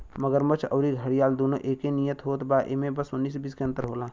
मगरमच्छ अउरी घड़ियाल दूनो एके नियर होत बा इमे बस उन्नीस बीस के अंतर होला